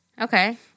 Okay